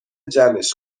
جمعش